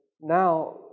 now